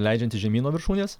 leidžiantis žemyn nuo viršūnės